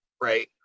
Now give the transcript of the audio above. right